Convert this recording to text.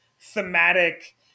thematic